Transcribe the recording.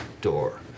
door